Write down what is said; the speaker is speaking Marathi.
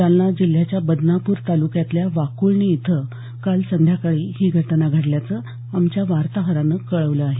जालना जिल्ह्याच्या बदनापूर तालुक्यातल्या वाकुळणी इथं काल संध्याकाळी ही घटना घडल्याचं आमच्या वार्ताहरानं कळवलं आहे